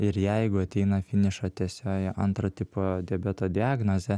ir jeigu ateina finišo tiesiojoje antro tipo diabeto diagnozė